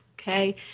okay